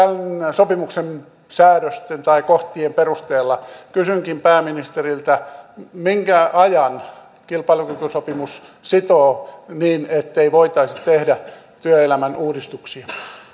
sopimuksen säädösten tai kohtien perusteella kysynkin pääministeriltä minkä ajan kilpailukykysopimus sitoo niin ettei voitaisi tehdä työelämän uudistuksia